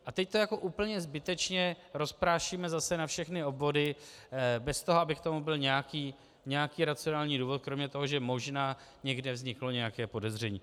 A teď to jako úplně zbytečně rozprášíme zase na všechny obvody bez toho, aby k tomu byl nějaký racionální důvod kromě toho, že možná někde vzniklo nějaké podezření.